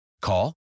Call